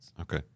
Okay